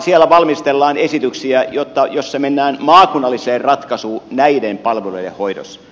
siellä valmistellaan esityksiä joissa mennään maakunnalliseen ratkaisuun näiden palvelujen hoidossa